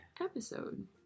episode